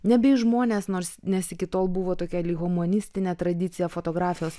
nebe į žmones nors nes iki tol buvo tokia lyg humanistinė tradicija fotografijos